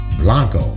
Blanco